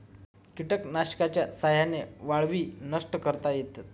कीटकनाशकांच्या साह्याने वाळवी नष्ट करता येतात